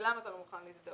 למה אתה לא מוכן להזדהות?